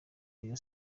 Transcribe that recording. rayon